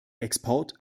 export